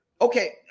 Okay